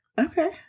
okay